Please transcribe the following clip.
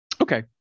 Okay